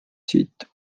siit